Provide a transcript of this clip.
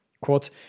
Quote